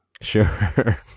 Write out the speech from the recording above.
Sure